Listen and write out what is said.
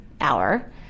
hour